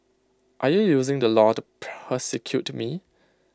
are you using the law to persecute me